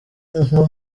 nko